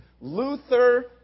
Luther